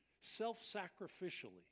self-sacrificially